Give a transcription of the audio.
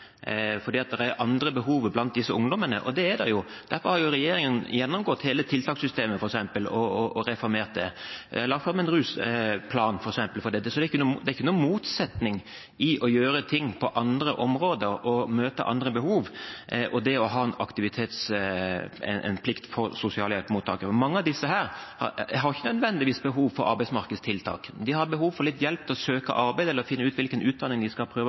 fordi det er andre behov blant disse ungdommene, og det er det jo. Derfor har regjeringen f.eks. gjennomgått hele tiltakssystemet og reformert det, og den har lagt fram en rusplan, så det er ikke noen motsetning i å gjøre ting på andre områder og møte andre behov og det å ha en aktivitetsplikt for sosialhjelpsmottakere. Mange av disse har ikke nødvendigvis behov for arbeidsmarkedstiltak. De har behov for litt hjelp til å søke arbeid eller finne ut hvilken utdanning de skal prøve